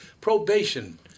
Probation